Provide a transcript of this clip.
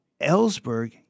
Ellsberg